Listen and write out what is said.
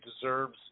deserves